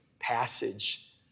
passage